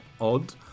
odd